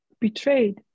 betrayed